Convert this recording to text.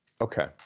Okay